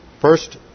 First